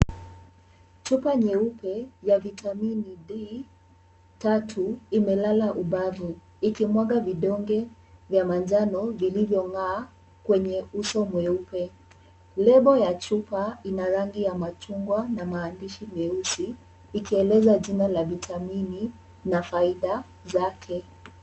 Chupa nyeupe ya Vitamin D-3 imelala ubavu ikimwaga vidonge vya manjano vilivyong'aa kwenye uso mweupe. Lebo ya chupa ina rangi ya machungwa na maandishi meusi ikieleza jina la vitamini na faida zake.